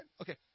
Okay